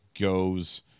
goes